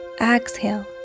exhale